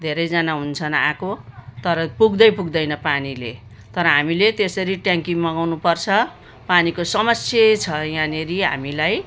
धेरैजना हुन्छन् आएको तर पुग्दै पुग्दैन पानीले तर हामीले त्यसरी ट्याङ्की मगाउनुपर्छ पानीको समस्या छ यहाँनिर हामीलाई